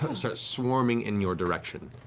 um start swarming in your direction.